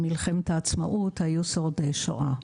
היו שורדי שואה.